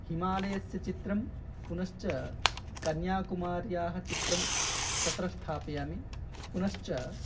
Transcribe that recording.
हिमालयस्य चित्रं पुनश्च कन्याकुमार्याः चित्रं तत्र स्थापयामि पुनश्च